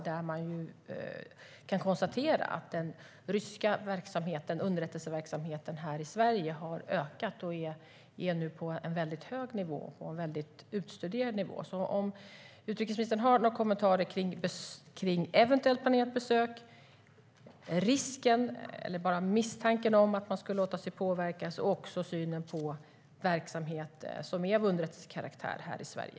Där kan man konstatera att den ryska underrättelseverksamheten här i Sverige har ökat och att den nu är på en väldigt hög och utstuderad nivå. Har utrikesministern några kommentarer kring ett eventuellt planerat besök, kring risken för eller bara misstanken om att man ska låta sig påverkas och kring synen på verksamhet som är av underrättelsekaraktär här i Sverige?